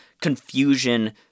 confusion